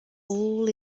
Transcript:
all